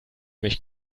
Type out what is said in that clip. mich